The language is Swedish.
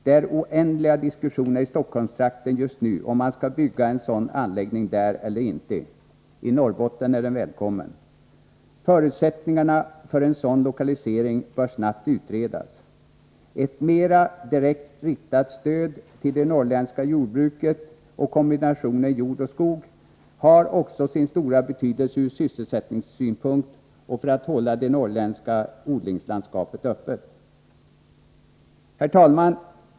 Det förs oändliga diskussioner i Stockholmstrakten just nu om man skall bygga en sådan anläggning där eller inte. I Norrbotten är den välkommen. Förutsättningarna för en sådan lokalisering bör snabbt utredas. Ett mera direkt riktat stöd till det norrländska jordbruket och kombinationen jord och skog har också sin stora betydelse ur sysselsättningssynpunkt och för att hålla det norrländska odlingslandskapet öppet. Herr talman!